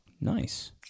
nice